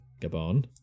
Gabon